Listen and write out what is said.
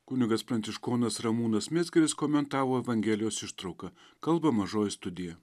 kunigas pranciškonas ramūnas mizgiris komentavo evangelijos ištrauką kalba mažoji studija